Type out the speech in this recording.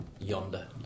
yonder